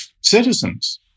citizens